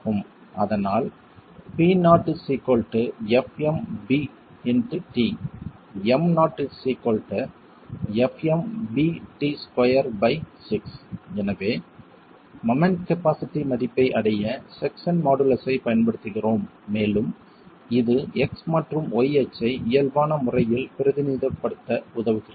அதனால் எனவே moment capacity மதிப்பை அடைய செக்சன் மாடுலஸைப் பயன்படுத்துகிறோம் மேலும் இது x மற்றும் y அச்சை இயல்பான முறையில் பிரதிநிதித்துவப்படுத்த உதவுகிறது